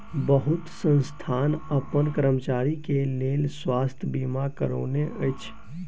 बहुत संस्थान अपन कर्मचारी के लेल स्वास्थ बीमा करौने अछि